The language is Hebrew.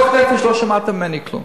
אני, ברפואה לא שמעת ממני כלום.